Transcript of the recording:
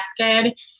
connected